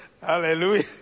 Hallelujah